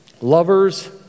lovers